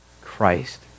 Christ